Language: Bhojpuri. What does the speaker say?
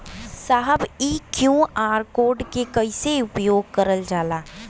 साहब इ क्यू.आर कोड के कइसे उपयोग करल जाला?